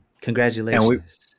Congratulations